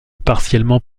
partiellement